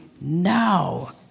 Now